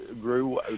grew